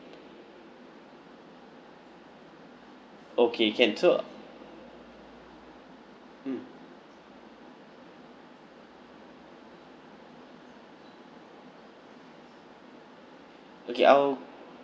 okay can so mm okay I'll